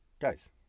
Guys